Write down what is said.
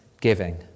giving